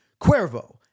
Cuervo